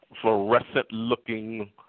fluorescent-looking